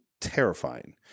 terrifying